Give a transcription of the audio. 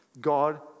God